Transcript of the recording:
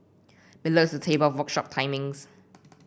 below is a table of workshop timings